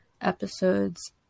episodes